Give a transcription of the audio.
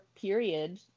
period